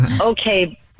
okay